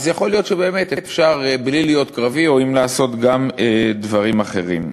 אז יכול להיות שבאמת אפשר בלי להיות קרבי או עם לעשות גם דברים אחרים.